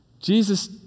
Jesus